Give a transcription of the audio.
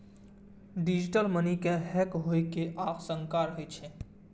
digital money के hack होइ के आशंका रहै छै